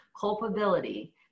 culpability